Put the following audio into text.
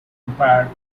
empire